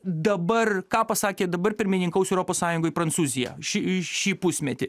dabar ką pasakė dabar pirmininkaus europos sąjungoj prancūzija ši šį pusmetį